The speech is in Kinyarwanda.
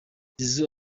zizou